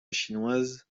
chinoise